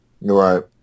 Right